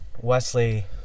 Wesley